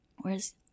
Whereas